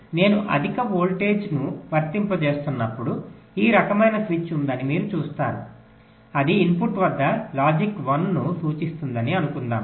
కాబట్టి నేను అధిక వోల్టేజ్ను వర్తింపజేస్తున్నప్పుడు ఈ రకమైన స్విచ్ ఉందని మీరు చూస్తారు అది ఇన్పుట్ వద్ద లాజిక్ 1 ను సూచిస్తుందని అనుకుందాము